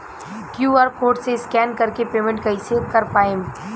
QR code से scan कर के पेमेंट कइसे कर पाएम?